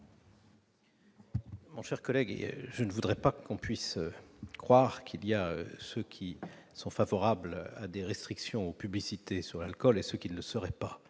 Mon cher collègue, et je ne voudrais pas qu'on puisse croire qu'il y a ceux qui sont favorables à des restrictions aux publicités sur l'alcool et ce qui ne serait pas